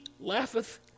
laugheth